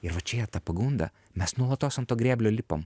ir va čia yra ta pagunda mes nuolatos ant to grėblio lipam